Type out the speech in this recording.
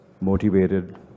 motivated